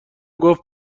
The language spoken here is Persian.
گفت